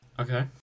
Okay